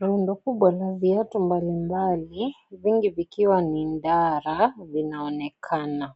Dondo kubwa la viatu mbalimbali vingi vikiwa ni ndara vinaonekana.